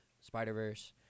Spider-Verse